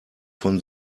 von